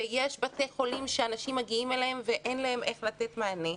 ויש בתי חולים שאנשים מגיעים אליהם ואין להם איך לתת מענה.